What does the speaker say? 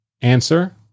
Answer